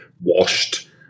washed